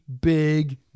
big